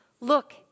Look